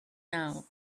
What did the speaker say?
now